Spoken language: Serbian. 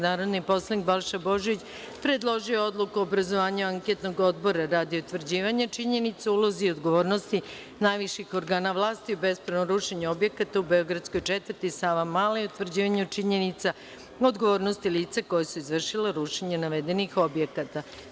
Narodni poslanik Balša Božović predložio je odluku o obrazovanju anketnog odbora radi utvrđivanja činjenica o ulozi i odgovornosti najviših organa vlasti u bespravnom rušenju objekata u beogradskoj četvrti Savamala i utvrđivanju činjenica o odgovornosti lica koja su izvršila rušenje navedenih objekata.